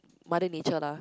Mother-Nature lah